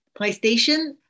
PlayStation